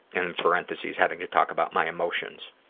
and in parenthesis, having to talk about my emotions.